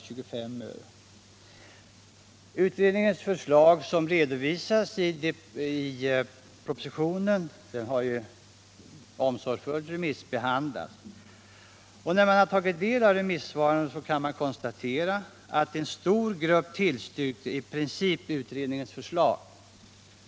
Utredningens förslag, som redovisas i propositionen, har ju remissbehandlats omsorgsfullt. Efter att ha tagit del av remissvaren kan man konstatera att en stor grupp i princip tillstyrkt utredningens förslag.